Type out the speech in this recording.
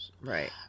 right